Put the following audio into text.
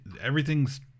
everything's